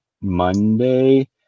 Monday